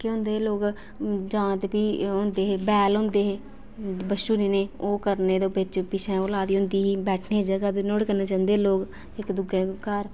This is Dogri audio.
केह् होंदे हे लोक जां ते बैल होंदे हे बच्छूड़े जनेहे ओह् करने ते पिच्छे ओह् लाई दी होंदी ही बैठने दी जगह नुहाड़े कन्नै जंदे हे लोक इक दूए दे घर